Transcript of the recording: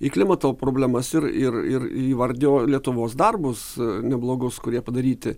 į klimato problemas ir ir ir įvardijo lietuvos darbus neblogus kurie padaryti